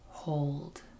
Hold